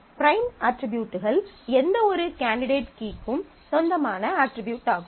prime அட்ரிபியூட்கள் எந்தவொரு candidate கீக்கும் சொந்தமான அட்ரிபியூட் ஆகும்